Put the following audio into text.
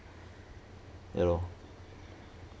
ya lor